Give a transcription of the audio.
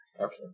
Okay